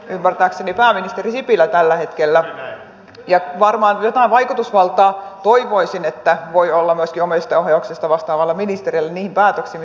ymmärtääkseni pääministeri sipilä tällä hetkellä ja varmaan jotain vaikutusvaltaa toivoisin voi olla myöskin omistajaohjauksesta vastaavalla ministerillä niihin päätöksiin mitä yhtiöt tekevät